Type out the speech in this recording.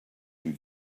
you